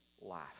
life